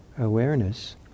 awareness